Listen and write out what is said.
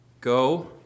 Go